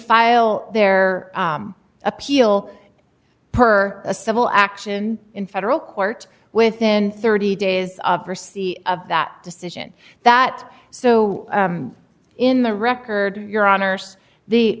file their appeal per a civil action in federal court within thirty days of or c of that decision that so in the record your honors the